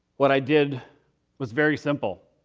what i did was very simple.